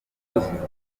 ibiganiro